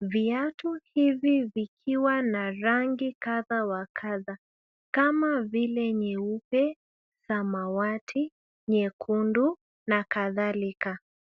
viatu hivi vikiwa na rangi kadha wa kadha kama vile nyeupe, samawati, nyekundu na kadhalika.